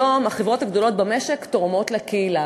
היום החברות הגדולות במשק תורמות לקהילה.